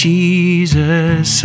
Jesus